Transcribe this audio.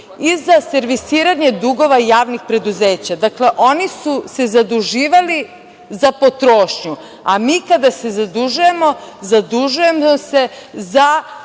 i za servisiranje dugova javnih preduzeća. Dakle, oni su se zaduživali za potrošnju, a mi kada se zadužujemo, zadužujemo se za